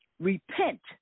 Repent